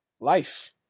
life